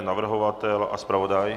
Navrhovatel a zpravodaj?